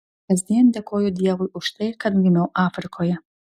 kasdien dėkoju dievui už tai kad gimiau afrikoje